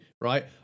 right